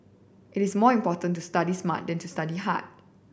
it is more important to study smart than to study hard